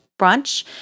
brunch